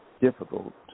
difficult